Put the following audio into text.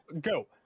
go